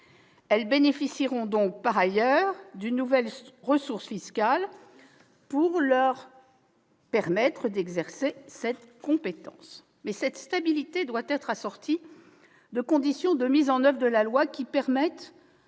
Elles bénéficieront par ailleurs d'une nouvelle ressource fiscale pour leur permettre d'exercer cette compétence. Mais cette stabilité doit être assortie de conditions de mise en oeuvre de la loi qui permettent